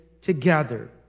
together